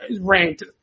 ranked